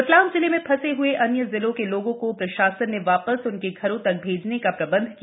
रतलाम जिले में फंसे हए अन्य जिलों के लोगों को प्रशासन ने वापस उनके घरों तक भेजने का प्रबंध किया